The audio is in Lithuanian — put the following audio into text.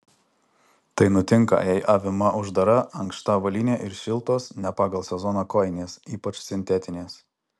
tai nutinka jei avima uždara ankšta avalynė ir šiltos ne pagal sezoną kojinės ypač sintetinės